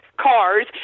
cars